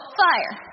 fire